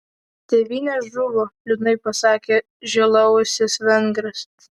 tėvynė žuvo liūdnai pasakė žilaūsis vengras